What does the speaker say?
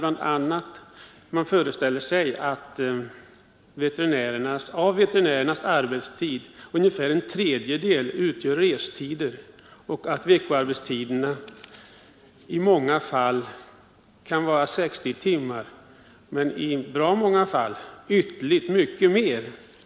Man föreställer sig att av veterinärernas arbetstid ungefär en tredjedel utgör restid och att veckoarbetstiderna i många fall kan vara 60 timmar men också betydligt mer.